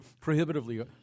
prohibitively